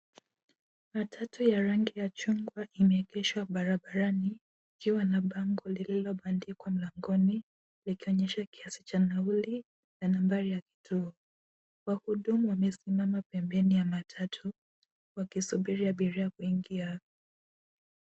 Matatu ya rangi ya chungwa imeegeshwa barabarani ikiwa na bango lililobandikwa mlangoni likionyesha kiasi cha nauli na nambari ya kituo. Wahudumu wamesimama pembeni ya matatu wakisubiri abiria kuingia.